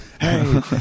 hey